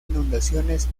inundaciones